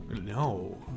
no